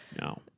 No